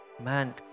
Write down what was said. man